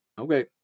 Okay